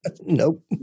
Nope